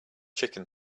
chicken